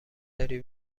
داری